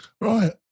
Right